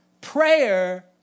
prayer